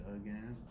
again